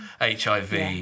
HIV